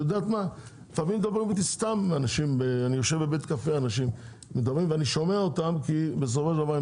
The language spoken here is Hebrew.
אני יושב בבית קפה ולפעמים שומע אנשים מדברים על יוקר המחייה,